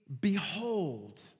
behold